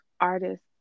artists